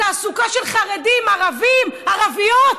תעסוקה של חרדים, ערבים, ערביות.